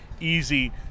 easy